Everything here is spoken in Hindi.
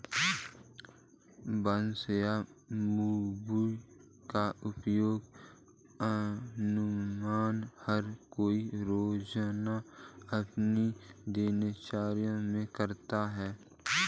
बांस या बम्बू का उपयोग अमुमन हर कोई रोज़ाना अपनी दिनचर्या मे करता है